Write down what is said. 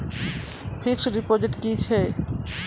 Fixed deposit की होय छै?